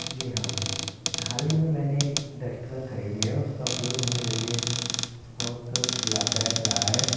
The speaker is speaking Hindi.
जी हाँ हाल ही में मैंने एक डस्टबिन ख़रीदी है उस का उपयोग मेरे लिए बहुत लाभदायक रहा है